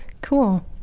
Cool